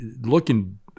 looking